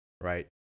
right